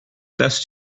best